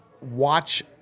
watch